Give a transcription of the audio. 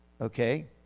okay